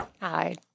Hi